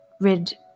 rid